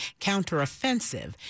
counteroffensive